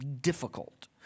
difficult